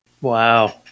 wow